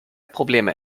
probleme